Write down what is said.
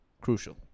crucial